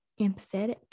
empathetic